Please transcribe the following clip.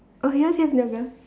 oh yours have no girl